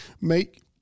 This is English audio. make